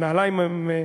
אבל נעליים הן,